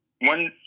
one